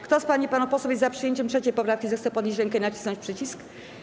Kto z pań i panów posłów jest za przyjęciem 3. poprawki, zechce podnieść rękę i nacisnąć przycisk.